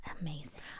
amazing